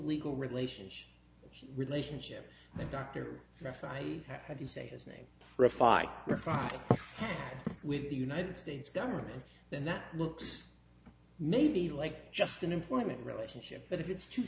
legal relationship relationship the doctor finally had to say his name for a five or five match with the united states government then that looks maybe like just an employment relationship but if it's two